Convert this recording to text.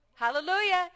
Hallelujah